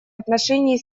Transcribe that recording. отношении